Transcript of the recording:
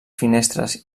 finestres